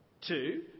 Two